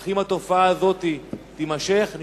אך אם תימשך התופעה הזאת,